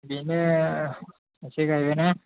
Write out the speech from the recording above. बेनो एसे गायबायना